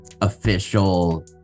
official